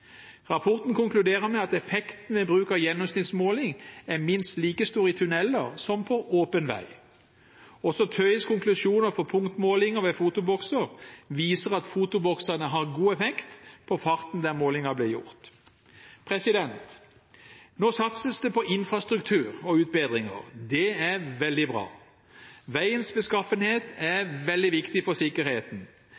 Rapporten konkluderer med at effekten ved bruk av gjennomsnittsmåling er minst like stor i tunneler som på åpen vei. Også TØIs konklusjoner for punktmålinger ved fotobokser viser at fotoboksene har god effekt på farten der målingen blir gjort. Nå satses det på infrastruktur og utbedringer. Det er veldig bra. Veiens beskaffenhet er veldig viktig for sikkerheten.